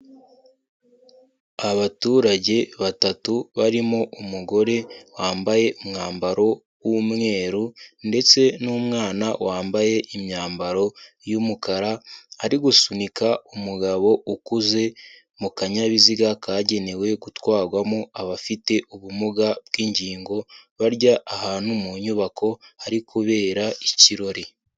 Abaturage batatu barimo umugore wambaye umwambaro w'umweru, ndetse n'umwana wambaye imyambaro y'umukara, ari gusunika umugabo ukuze mukanyayabiziga kagenewe gutwarwamo abafite ubumuga bw'ingingo, bajya ahantu mu nyubako hari kubera ikirori.